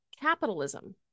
capitalism